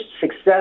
success